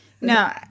No